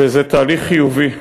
וזה תהליך חיובי.